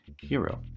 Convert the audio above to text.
Hero